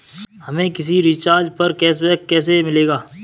हमें किसी रिचार्ज पर कैशबैक कैसे मिलेगा?